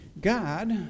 God